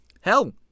Hell